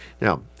Now